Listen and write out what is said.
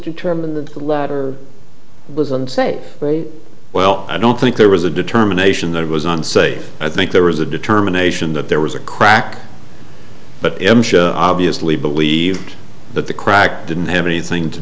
determined that the letter was and say well i don't think there was a determination that it was unsafe i think there was a determination that there was a crack but obviously believed that the crack didn't have anything to